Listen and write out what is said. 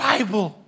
Bible